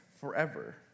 forever